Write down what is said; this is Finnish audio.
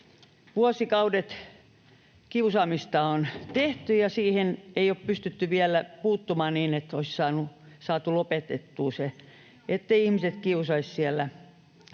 Vuosikaudet kiusaamista on tehty, ja siihen ei ole pystytty vielä puuttumaan niin, että olisi saatu se lopetettua, niin etteivät ihmiset kiusaisi siellä.